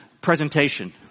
presentation